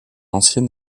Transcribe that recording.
ancien